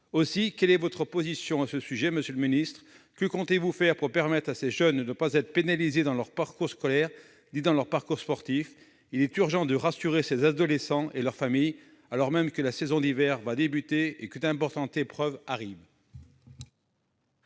ministre, quelle est votre position à ce sujet ? Que comptez-vous faire pour permettre à ces jeunes de ne pas être pénalisés dans leurs parcours scolaire et sportif ? Il est urgent de rassurer ces adolescents et leurs familles, alors même que la saison d'hiver va débuter et que d'importantes épreuves vont